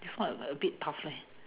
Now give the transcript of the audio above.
this one a a bit tough leh